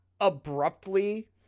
abruptly